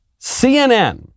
CNN